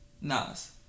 Nas